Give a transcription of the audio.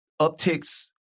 upticks